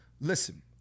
Listen